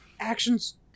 actions